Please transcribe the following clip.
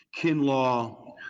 Kinlaw